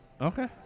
Okay